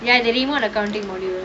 ya the remote accounting module